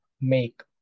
make